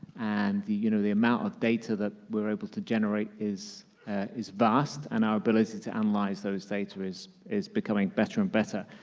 and the you know the amount of data that we're able to generate is is vast, and our ability to analyze those data is is becoming better and better.